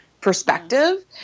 perspective